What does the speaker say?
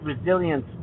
resilience